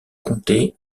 comté